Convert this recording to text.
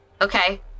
okay